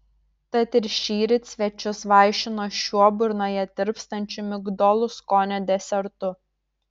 tad ir šįryt svečius vaišino šiuo burnoje tirpstančiu migdolų skonio desertu